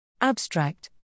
Abstract